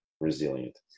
resilient